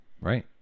Right